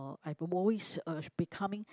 uh I've been always uh becoming